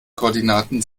koordinaten